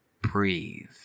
breathe